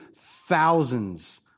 thousands